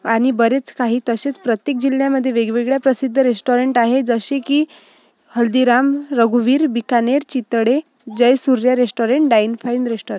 आणि बरेच काही तसेच प्रत्येक जिल्ह्यामध्ये वेगवेगळ्या प्रसिध्द रेस्टॉरंट आहे जसे की हलदीराम रघुवीर Bikaner Chitale Jayasurya restaurant dine fine restaurant